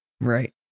Right